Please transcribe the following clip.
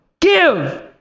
give